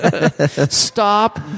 Stop